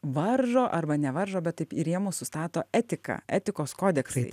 varžo arba nevaržo bet taip į rėmus sustato etika etikos kodeksai